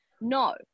no